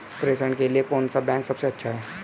प्रेषण के लिए कौन सा बैंक सबसे अच्छा है?